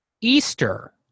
Easter